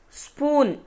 spoon